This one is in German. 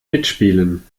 mitspielen